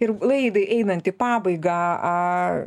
ir laidai einant į pabaigą